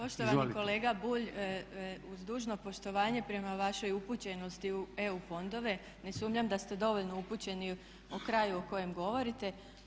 Poštovani kolega Bulj uz dužno poštovanje prema vašoj upućenosti u EU fondove ne sumnjam da ste dovoljno upućeni o kraju o kojem govorite.